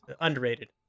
underrated